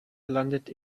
landet